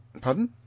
Pardon